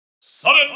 Sudden